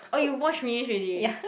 oh you watch finish already